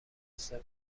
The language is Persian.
سوم